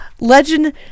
legend